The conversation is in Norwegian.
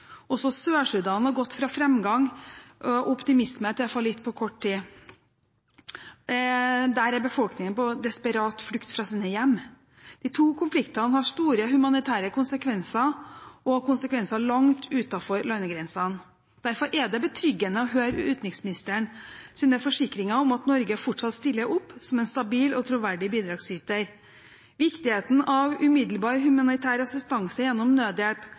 Også Sør-Sudan har gått fra framgang og optimisme til falitt på kort tid. Der er befolkningen på desperat flukt fra sine hjem. De to konfliktene har store humanitære konsekvenser og konsekvenser langt utenfor landegrensene. Derfor er det betryggende å høre utenriksministerens forsikringer om at Norge fortsatt stiller opp som en stabil og troverdig bidragsyter. Viktigheten av umiddelbar humanitær assistanse gjennom nødhjelp